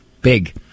Big